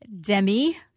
Demi